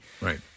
Right